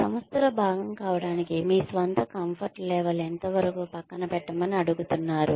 సంస్థలో భాగం కావడానికి మీ స్వంత కంఫర్ట్ లెవెల్ ఎంతవరకు పక్కన పెట్టమని అడుగుతున్నారు